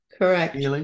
Correct